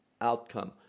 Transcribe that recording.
outcome